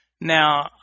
Now